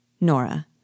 Nora